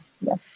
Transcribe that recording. Yes